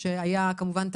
על